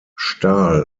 stahl